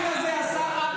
עד היום,